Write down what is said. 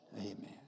Amen